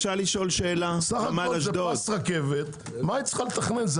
סך הכול זה פס רכבת קיים.